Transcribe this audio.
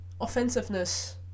Offensiveness